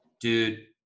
Dude